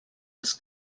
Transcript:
els